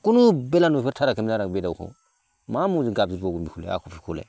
खुनु बेला नुफेरथाराखैमोन आरो आं बे दाउखौ मा मुंजों गाबज्रिबावगोन बेखौलाय आख' फाख'लाय